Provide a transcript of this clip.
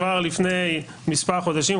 כבר לפני מספר חודשים,